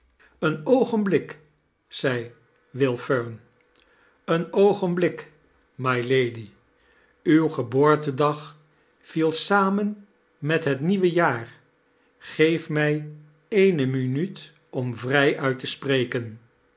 ean oogenblik zei will fern een oogenblik mylady uw gebdortedag viel samen met het nieuwe jaar geef mij eene minuut om vrijuit te spreken